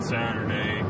Saturday